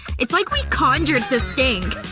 it's like we conjured the stink